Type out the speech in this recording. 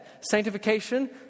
Sanctification